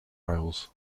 isles